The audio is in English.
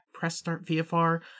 PressStartVFR